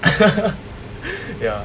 ya